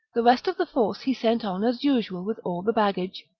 the rest of the force he sent on as usual with all the baggage,